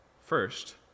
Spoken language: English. First